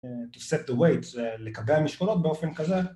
To set the weights לקבע משקולות באופן כזה